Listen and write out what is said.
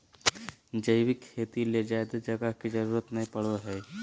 जैविक खेती ले ज्यादे जगह के जरूरत नय पड़ो हय